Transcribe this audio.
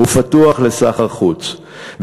ופתוח לסחר חוץ,